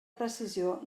precisió